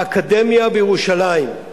האקדמיה בירושלים,